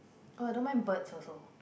oh I don't mind birds also